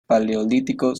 paleolítico